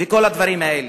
וכל הדברים האלה.